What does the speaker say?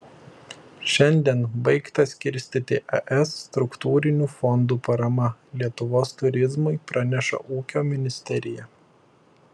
šiandien baigta skirstyti es struktūrinių fondų parama lietuvos turizmui praneša ūkio ministerija